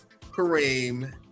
Kareem